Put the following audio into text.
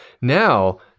now